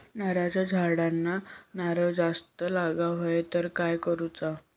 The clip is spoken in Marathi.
नारळाच्या झाडांना नारळ जास्त लागा व्हाये तर काय करूचा?